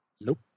Nope